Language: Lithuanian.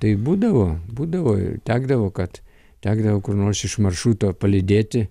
tai būdavo būdavo ir tekdavo kad tekdavo kur nors iš maršruto palydėti